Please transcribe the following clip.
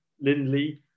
Lindley